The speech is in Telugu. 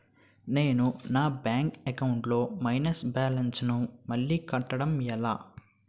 నేను నా బ్యాంక్ అకౌంట్ లొ మైనస్ బాలన్స్ ను మళ్ళీ కట్టడం ఎలా?